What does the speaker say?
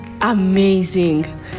Amazing